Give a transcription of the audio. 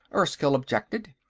erskyll objected.